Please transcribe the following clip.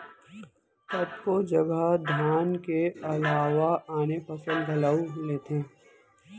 कतको जघा धान के अलावा आने फसल घलौ लेथें